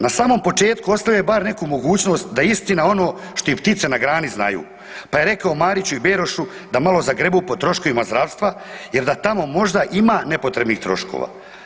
Na samom početku ostavlja bar neku mogućnost da istina ono što i ptice na grani znaju, pa je rekao Mariću i Berošu da malo zagrebu po troškovima zdravstva jer da tamo možda ima nepotrebnih troškova.